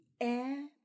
air